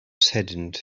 saddened